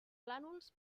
plànols